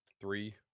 three